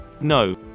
No